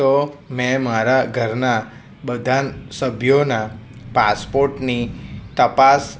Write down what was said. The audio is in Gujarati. તો મેં મારા ઘરના બધા સભ્યોના પાસપોર્ટની તપાસ